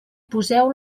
poseu